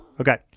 Okay